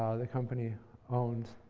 ah the company owes.